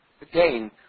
Again